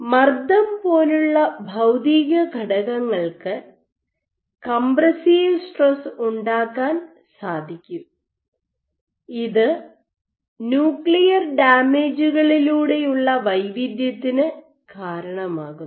മർദ്ദം പോലുള്ള ഭൌതിക ഘടകങ്ങൾക്ക് കംപ്രസ്സീവ് സ്ട്രെസ് ഉണ്ടാക്കാൻ സാധിക്കും ഇത് ന്യൂക്ലിയർ ഡാമേജുകളിലൂടെയുള്ള വൈവിധ്യത്തിനു കാരണമാകുന്നു